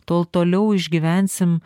tol toliau išgyvensim